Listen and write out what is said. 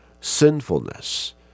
sinfulness